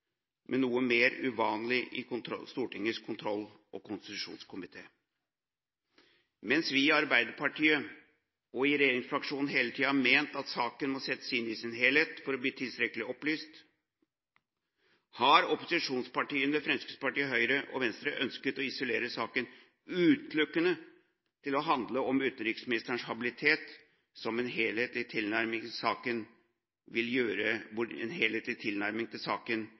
men noe mer uvanlig i Stortingets kontroll- og konstitusjonskomité. Mens vi i Arbeiderpartiet og regjeringsfraksjonen hele tiden har ment at saken må settes inn i sin helhet for å bli tilstrekkelig opplyst, har opposisjonspartiene, Fremskrittspartiet, Høyre og Venstre, ønsket å isolere saken utelukkende til å handle om utenriksministerens habilitet – som med en helhetlig tilnærming til saken